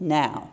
now